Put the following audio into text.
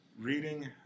Reading